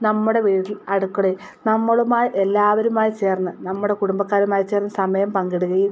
നമ്മുടെ വീട്ടിൽ അടുക്കളയിൽ നമ്മളുമായി എല്ലാവരുമായി ചേർന്ന് നമ്മുടെ കുടുംബക്കാരുമായി ചേർന്ന് സമയം പങ്കിടുകയും